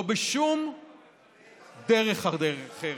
לא בשום דרך אחרת.